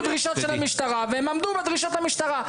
דרישות של המשטרה והם עמדו בדרישות המשטרה.